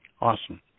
Awesome